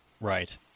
Right